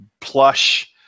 plush